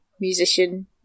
musician